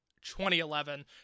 2011